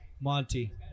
Monty